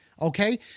Okay